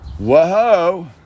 Whoa